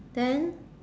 then